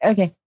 Okay